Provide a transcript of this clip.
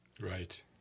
Right